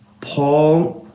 Paul